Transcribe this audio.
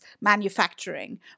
manufacturing